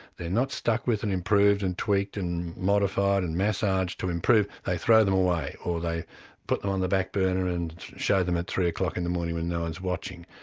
they're not stuck with and improved and tweaked and modified and massaged to improve, they throw them away, or they put them on the back burner and show them at three o'clock in the morning when no-one's watching.